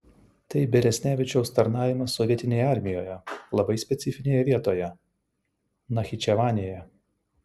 tai beresnevičiaus tarnavimas sovietinėje armijoje labai specifinėje vietoje nachičevanėje